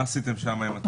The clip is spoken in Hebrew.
מה עשיתם שם?